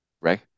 Right